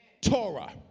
Torah